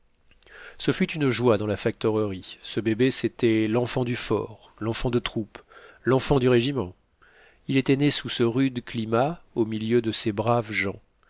ce fut une joie dans la factorerie ce bébé c'était l'enfant du fort l'enfant de troupe l'enfant du régiment il était né sous ce rude climat au milieu de ces braves gens